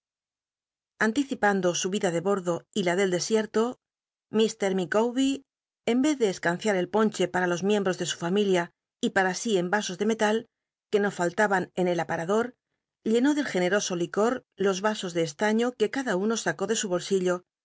anticipando su vida de bordo y la del desierto mr micawber en rcz de escanciar el ponche para los miemlwos de su familia y pa ra si en asos de metal que no fallaban en el aptuador llenó del generoso licor los rasos ele estaiio que cada uno sacó de su bolsillo